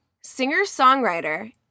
singer-songwriter